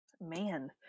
Man